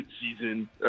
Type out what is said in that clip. season